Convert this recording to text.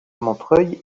montreuil